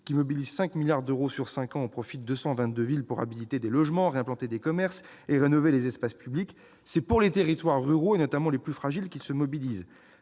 qui mobilise 5 milliards d'euros sur cinq ans au profit de 222 villes pour réhabiliter des logements, réimplanter des commerces et rénover les espaces publics, c'est pour les territoires ruraux, et notamment les plus fragiles, qu'il se mobilise.